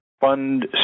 fund